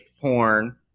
porn